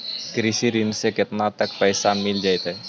कृषि ऋण से केतना तक पैसा मिल जइतै?